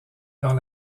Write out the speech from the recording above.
dans